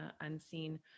unseen